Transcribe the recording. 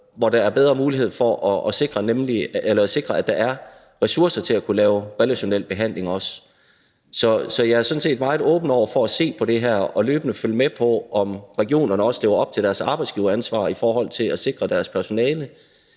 hvor der er bedre mulighed for at sikre, at der også er ressourcer til at kunne lave relationel behandling. Så jeg er sådan set meget åben over for at se på det her og løbende følge med i, om regionerne også lever op til deres arbejdsgiveransvar i forhold til at sikre deres personale,